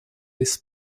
this